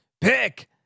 pick